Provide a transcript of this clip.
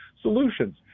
solutions